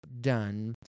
done